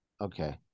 okay